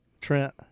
Trent